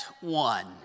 one